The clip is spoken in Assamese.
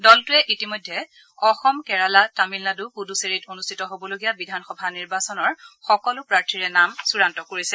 দলটোৱে ইতিমধ্যে অসম কেৰালা তামিলনাডু পুডুচেৰীত অনুষ্ঠিত হ'বলগীয়া বিধানসভা নিৰ্বাচনৰ সকলো প্ৰাৰ্থীৰে নাম চূড়ান্ত কৰিছে